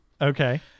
Okay